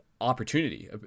opportunity